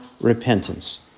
repentance